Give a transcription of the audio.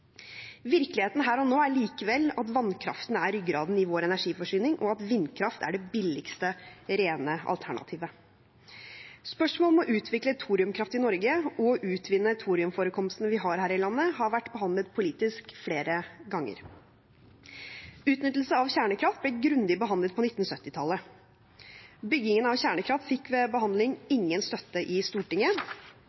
Virkeligheten her og nå er likevel at vannkraften er ryggraden i vår energiforsyning, og at vindkraft er det billigste rene alternativet. Spørsmål om å utvikle thoriumkraft i Norge og utvinne thoriumforekomstene vi har her i landet, har vært behandlet politisk flere ganger. Utnyttelse av kjernekraft ble grundig behandlet på 1970-tallet. Bygging av kjernekraft fikk ved